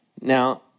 Now